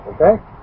okay